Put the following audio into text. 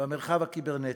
במרחב הקיברנטי,